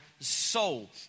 soul